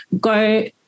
go